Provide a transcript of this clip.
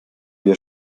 wir